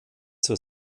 zur